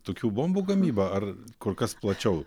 tokių bombų gamyba ar kur kas plačiau